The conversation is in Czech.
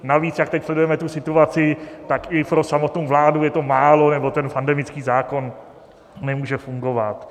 Navíc jak teď sledujeme tu situaci, tak i pro samotnou vládu je to málo, nebo ten pandemický zákon nemůže fungovat.